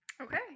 Okay